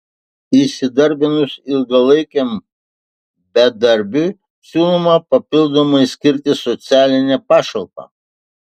įsidarbinus ilgalaikiam bedarbiui siūloma papildomai skirti socialinę pašalpą